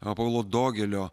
apolo dogelio